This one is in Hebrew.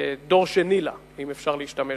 דור שני לה, אם אפשר להשתמש